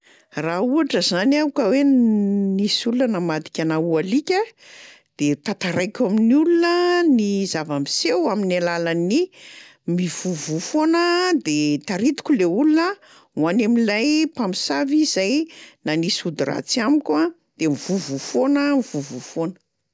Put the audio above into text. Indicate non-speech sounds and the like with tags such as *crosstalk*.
Raha ohatra zany aho ka hoe *hesitation* nisy olona namadika anahy ho alika, de tantaraiko amin'ny olona ny zava-miseho amin'ny alalan'ny mivovò foana aho a de taritiko le olona ho any am'ilay mpamosavy zay nanisy ody ratsy amiko a de mivovò foana, mivovò foana.